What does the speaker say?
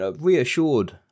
reassured